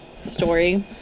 story